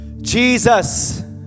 Jesus